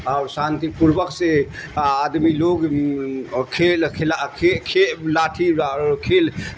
اور شانتی پوربک سے آدمی لوگ کھیل کلا لاٹھی کھیل